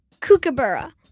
Kookaburra